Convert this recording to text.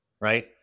right